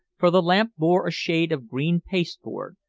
for the lamp bore a shade of green paste-board,